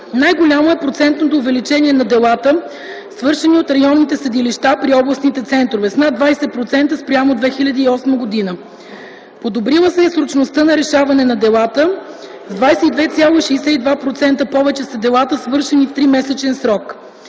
Най-голямо е процентното увеличение на делата, свършени от районните съдилища при областните центрове – с над 20% спрямо 2008 г. Подобрила се е срочността на решаване на делата – с 22,62% повече са делата, свършени в 3-месечен срок.